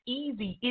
easy